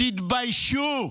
תתביישו.